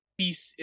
peace